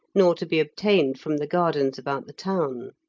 nor to be obtained from the gardens about the town.